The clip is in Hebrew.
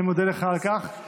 אני מודה לך על כך.